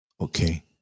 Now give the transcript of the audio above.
Okay